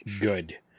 Good